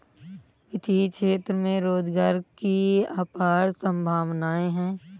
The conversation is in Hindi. वित्तीय क्षेत्र में रोजगार की अपार संभावनाएं हैं